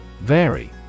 Vary